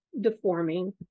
deforming